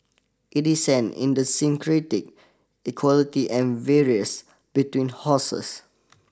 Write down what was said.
it is an idiosyncratic equality and various between horses